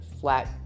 flat